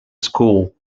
school